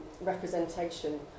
representation